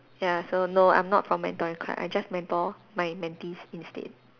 ya so no I'm not from mentoring club I just mentor my mentees instead